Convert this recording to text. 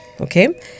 Okay